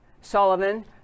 Sullivan